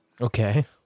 Okay